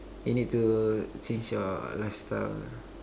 you need to change your lifestyle